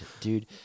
dude